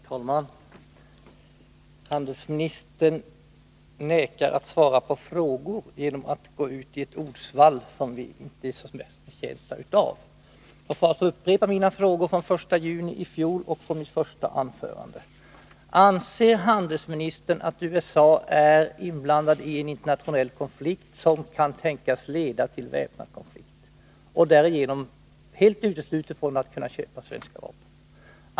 Herr talman! Handelsministern undviker att svara på frågor genom att tillgripa ett ordsvall som vi inte är betjänta av. Jag skall därför upprepa mina frågor från den 1 juni i fjol och från mitt första inlägg här i dag: Anser handelsministern att USA är inblandat i internationell konflikt som kan tänkas leda till väpnad konflikt, vilket skulle göra det helt uteslutet att landet fick köpa svenska vapen?